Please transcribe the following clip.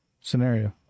Scenario